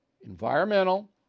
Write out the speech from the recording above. environmental